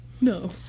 no